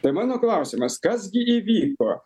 tai mano klausimas kas gi įvyko